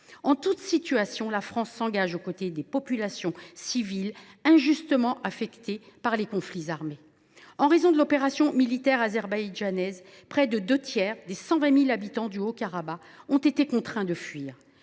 En toute situation, la France s’engage aux côtés des populations injustement affectées par les conflits armés. En raison de l’opération militaire azerbaïdjanaise, près des deux tiers des 120 000 habitants du Haut Karabagh ont été contraints de fuir.